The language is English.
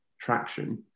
traction